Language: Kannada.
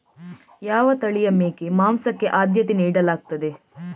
ಯಾವ ತಳಿಯ ಮೇಕೆ ಮಾಂಸಕ್ಕೆ ಆದ್ಯತೆ ನೀಡಲಾಗ್ತದೆ?